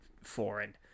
foreign